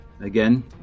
Again